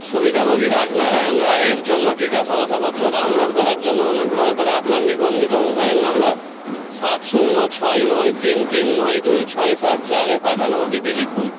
সুবিধাভোগী রাজনারায়ণ রায় এর জন্য টিকা শংসাপত্র ডাউনলোড করার জন্য অনুগ্রহ করে আপনার নিবন্ধিত মোবাইল নাম্বার সাত শূন্য ছয় নয় তিন তিন নয় দুই ছয় সাত চারে পাঠানো ওটিপি লিখুন